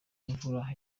imvura